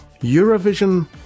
Eurovision